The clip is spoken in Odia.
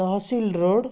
ତହସିଲ୍ ରୋଡ଼୍